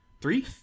Three